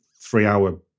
three-hour